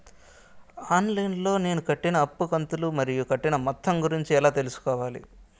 On line లో నేను కట్టిన అప్పు కంతులు మరియు కట్టిన మొత్తం గురించి ఎలా తెలుసుకోవాలి?